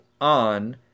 on